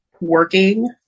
working